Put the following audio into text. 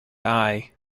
eye